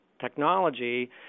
technology